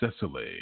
Cecily